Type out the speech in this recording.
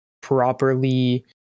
properly